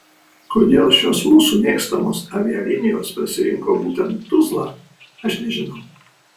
kodėl šios mūsų mėgstamos avialinijos pasirinko būtent tuzlą aš nežinau